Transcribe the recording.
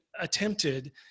attempted